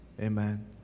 Amen